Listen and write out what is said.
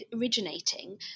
originating